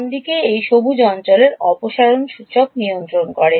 ডানদিকে এই সবুজ অঞ্চলের অপসারণ সূচক নিয়ন্ত্রণ করে